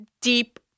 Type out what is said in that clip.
deep